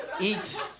Eat